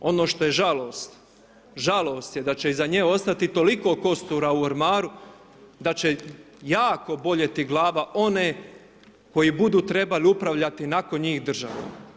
Ono što je žalost, žalost je da će iza nje ostati toliko kostura u ormaru, da će jako boljeti glava one koji budu trebali upravljati nakon njih državom.